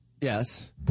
Yes